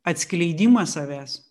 atskleidimą savęs